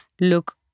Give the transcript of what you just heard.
look